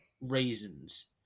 raisins